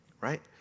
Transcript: right